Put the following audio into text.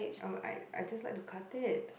um I I just like to cut it